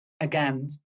again